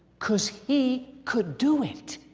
because he could do it.